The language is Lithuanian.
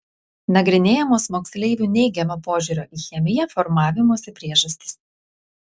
nagrinėjamos moksleivių neigiamo požiūrio į chemiją formavimosi priežastys